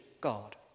God